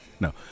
No